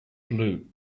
blue